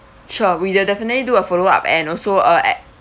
sure we de~ definitely do a follow up and also uh ac~